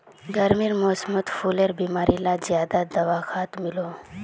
गर्मीर मौसमोत फुलेर बीमारी ला ज्यादा दखवात मिलोह